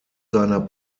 seiner